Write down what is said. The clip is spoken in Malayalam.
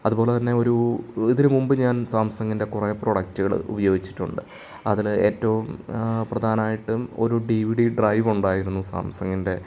അതുപോലെ തന്നെ ഒരു ഇതിന് മുൻപ് ഞാൻ സാംസങ്ങിൻ്റെ കുറേ പ്രോഡക്റ്റുകൾ ഉപയോഗിച്ചിട്ടുണ്ട് അതിൽ ഏറ്റവും പ്രധാനമായിട്ടും ഒരു ഡി വി ഡി ഡ്രൈവ് ഉണ്ടായിരുന്നു സാംസങ്ങിൻ്റെ